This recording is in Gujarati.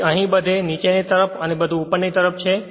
તેથી અહીં બધે નીચેની તરફ અને બધુ ઉપરની તરફ છે